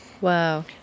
Wow